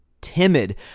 timid